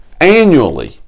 Annually